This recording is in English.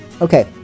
Okay